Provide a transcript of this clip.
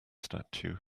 statue